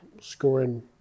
Scoring